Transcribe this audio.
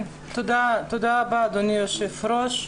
תודה רבה אדוני היושב ראש.